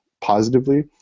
positively